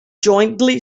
jointly